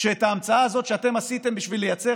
שאת ההמצאה הזאת שאתם עשיתם בשביל לייצר